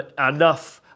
enough